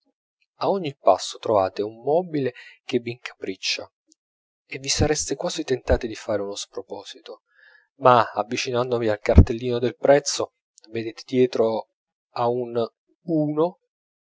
a ogni passo trovate un mobile che vi incapriccia e sareste quasi tentati di fare uno sproposito ma avvicinandovi al cartellino del prezzo vedete dietro a un uno